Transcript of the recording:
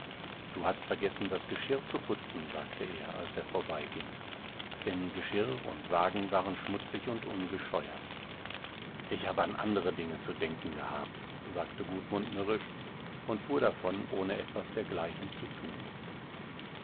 du hast vergessen das geschirr zu putzen sagte er als er vorbeiging denn geschirr und wagen waren schmutzig und ungescheuert ich hab an andre dinge zu denken gehabt sagte gudmund mürrisch und fuhr davon ohne etwas dergleichen zu tun